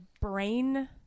brain